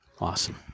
Awesome